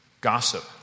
gossip